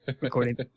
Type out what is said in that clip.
recording